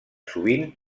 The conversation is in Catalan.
sovint